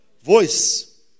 voice